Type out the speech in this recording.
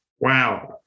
Wow